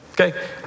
okay